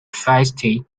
feisty